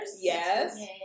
Yes